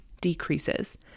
decreases